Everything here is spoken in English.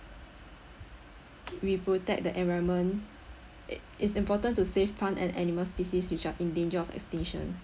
we protect the environment e~ it is important to save plant and animal species which are in danger of extinction